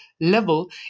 level